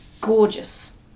gorgeous